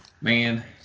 Man